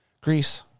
greece